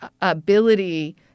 ability